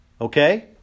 Okay